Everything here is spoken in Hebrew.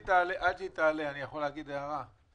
עברנו אותם בהצלחה.